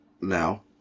now